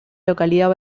localidad